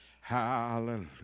Hallelujah